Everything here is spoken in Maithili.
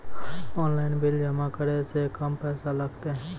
ऑनलाइन बिल जमा करै से कम पैसा लागतै?